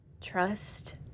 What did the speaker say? Trust